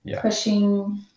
pushing